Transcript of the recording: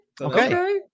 Okay